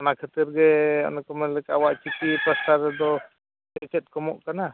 ᱚᱱᱟ ᱠᱷᱟᱹᱛᱤᱨ ᱜᱮ ᱚᱱᱮ ᱠᱚ ᱢᱮᱱ ᱞᱮᱠᱟ ᱟᱢᱟᱜ ᱪᱤᱠᱤ ᱯᱟᱥᱦᱴᱟ ᱨᱮᱫᱚ ᱥᱮᱪᱮᱫ ᱠᱚᱢᱚᱜ ᱠᱟᱱᱟ